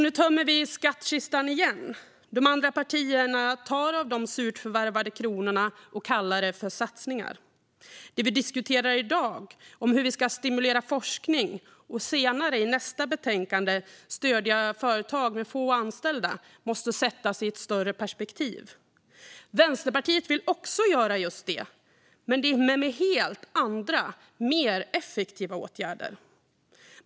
Nu tömmer vi skattkistan igen. De andra partierna tar av de surt förvärvade kronorna och kallar det för satsningar. Det vi diskuterar i dag - hur vi ska stimulera forskning och senare, i nästa betänkande, stödja företag med få anställda - måste sättas i ett större perspektiv. Vänsterpartiet vill också göra just detta, men med helt andra och mer effektiva åtgärder.